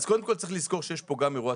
עד כאן לתיאור הבעיה